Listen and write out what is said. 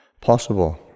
possible